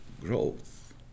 growth